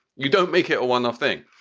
you don't make it a one off thing.